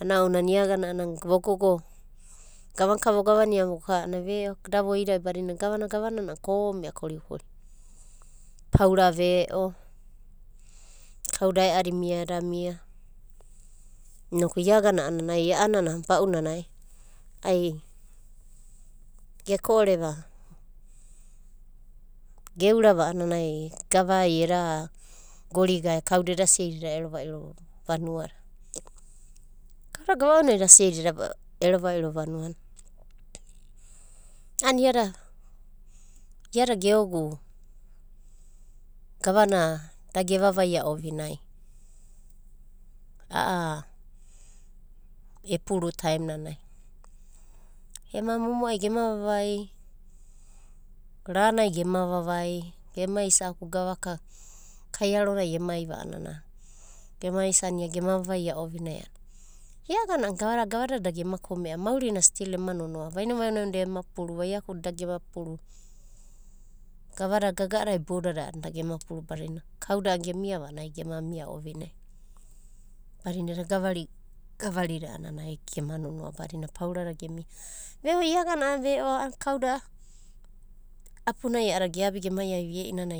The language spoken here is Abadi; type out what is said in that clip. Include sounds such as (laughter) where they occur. A'ana ounanai ia agana vogogo gavana ka vogavana voka a'ana da voidai gavana gavanana kome'a korikori. Paura ve'o kauda ae'adi mia eda mia inoku ia agana ai a'anana ba'unanai ai geko'oreva geura a'anana ai gavai eda gorigae kauda eda sieida eda ero edaga vanua na. (noise) A'ada gava ounanai eda sieida edaga vanua na? (noise) A'ana iada geogu gavana da gevavaida ovinai a'a epuru taim nanai. Ema momo'ai gema vavai, ranai gema vavai gema isa'aku gavaka kaiaronai emaiva a'anana, gema isana gema vavaia ovinai. Ia agana a'ana gavada gvadada da gema kome'a. Maurina still ema nonoa, vainao vainao na da ema puru, vaiaku da gemu puru. Gavada gaga'a dada iboudadai a'ana da gema puru badina kauda gemia va a'anai gema mia ovinai. Badina eda gavari gavari da a'anai gema nonoa badina paurada gemia va. Ve'o ia agana veb a'a kauda a'a apunai a'ada geabida gemai ai va ie'inana